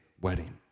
wedding